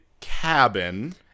cabin